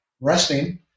resting